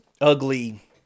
ugly